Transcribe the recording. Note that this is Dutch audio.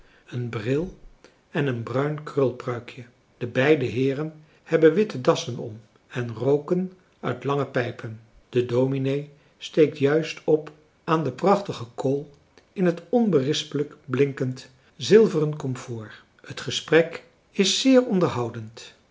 een bril en een bruin krulpruikje de beide heeren hebben witte dassen om en rooken uit lange pijpen de dominee steekt juist op aan de prachtige kool in het onberispelijk blinkend zilveren komfoor het gesprek is zeer onderhoudend